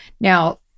Now